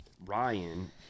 ryan